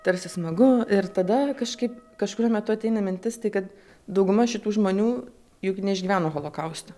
tarsi smagu ir tada kažkaip kažkuriuo metu ateina mintis tai kad dauguma šitų žmonių juk neišgyveno holokausto